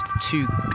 two